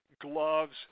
gloves